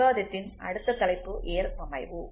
விவாதத்தின் அடுத்த தலைப்பு ஏறபமைவு